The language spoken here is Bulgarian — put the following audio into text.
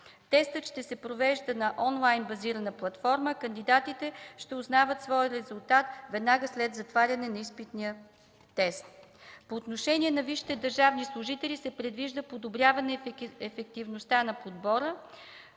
Тестът ще се провежда на онлайн базирана платформа. Кандидатите ще узнават своя резултат веднага след затваряне на изпитния тест. По отношение на висшите държавни служители се предвижда подобряване ефективността на подбора.